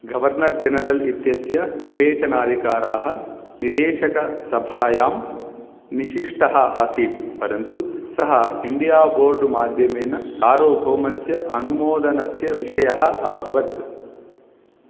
governor general इत्यस्य निवेशनाधिकाराः निदेशकसभायां विशिष्टः आसीत् परन्तु सः इण्डिया बोर्ड् माध्यमेन सार्वभौमस्य अनुमोदनस्य विषयः अभवत्